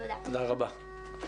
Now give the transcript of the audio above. תודה רבה.